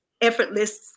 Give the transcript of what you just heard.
effortless